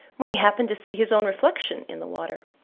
when he happened to see his own reflection in the water.